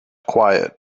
quiet